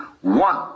one